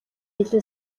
илүү